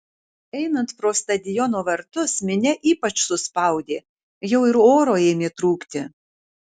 einant pro stadiono vartus minia ypač suspaudė jau ir oro ėmė trūkti